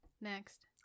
Next